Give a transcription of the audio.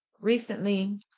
Recently